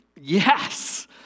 Yes